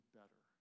better